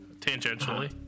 Tangentially